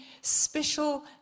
special